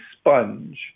sponge